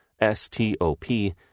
S-T-O-P